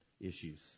issues